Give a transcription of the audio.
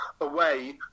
away